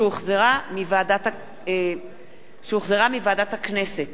שהחזירה ועדת הכנסת